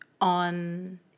on